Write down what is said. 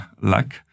luck